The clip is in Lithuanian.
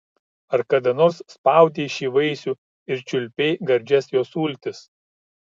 ar kada nors spaudei šį vaisių ir čiulpei gardžias jo sultis